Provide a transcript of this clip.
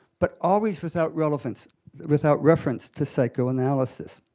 but always without relevance without reference to psychoanalysis.